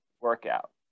workout